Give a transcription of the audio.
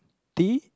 tea